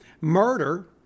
murder